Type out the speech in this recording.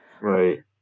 Right